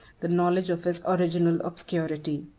the knowledge of his original obscurity.